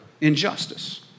injustice